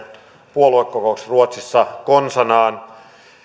puoluekokouksessa ruotsissa konsanaan